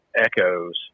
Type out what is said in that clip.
echoes